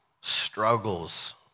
struggles